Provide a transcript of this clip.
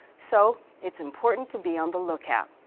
so, it's important to be on the lookout.